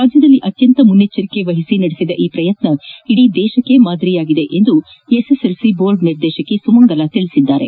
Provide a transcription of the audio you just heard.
ರಾಜ್ಯದಲ್ಲಿ ಅತ್ಯಂತ ಮುನ್ನೆಚ್ಚರಿಕೆ ವಹಿಸಿ ನಡೆಸಿದ ಈ ಪ್ರಯತ್ನ ಇಡೀ ದೇಶಕ್ಕೆ ಮಾದರಿಯಾಗಿದೆ ಎಂದು ಎಸ್ಎಸ್ಎಲ್ಸಿ ಬೋರ್ಡ್ ನಿರ್ದೇಶಕ ಸುಮಂಗಲ ಹೇಳಿದ್ದಾರೆ